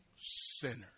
sinners